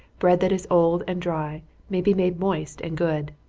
bread that is old and dry may be made moist and good.